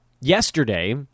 yesterday